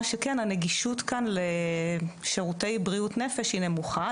מה שכן הנגישות כאן לשירותי בריאות נפש היא נמוכה,